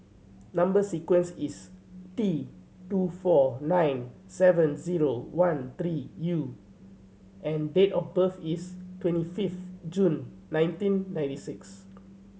number sequence is T two four nine seven zero one three U and date of birth is twenty fifth June nineteen ninety six